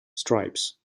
stripes